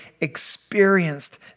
experienced